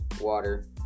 water